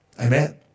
Amen